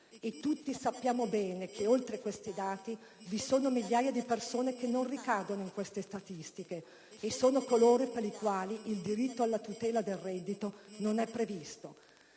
Tutti sappiamo bene che, oltre a questi dati, vi sono migliaia di persone che non ricadono in queste statistiche e sono coloro per i quali il diritto alla tutela del reddito non è previsto.